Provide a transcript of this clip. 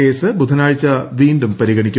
case ബുധനാഴ്ച് വീണ്ടും പരിഗണിക്കും